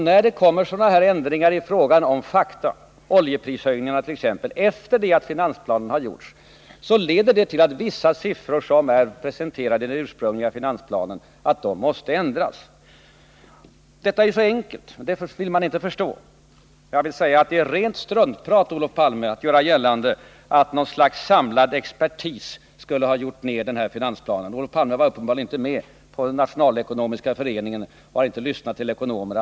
När det inträffar sådana ändringar av underlaget — oljeprishöjningarna t.ex. — efter det att finansplanen har färdigställts, leder det till att vissa siffror som är presenterade i den ursprungliga finansplanen måste ändras. Detta är så enkelt, men det vill man inte förstå. Det är rent struntprat, Olof Palme, att göra gällande att något slags ”samlad expertis” skulle ha gjort ned den här finansplanen. Olof Palme var uppenbarligen inte med på Nationalekonomiska föreningen och har inte lyssnat till ekonomerna.